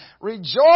Rejoice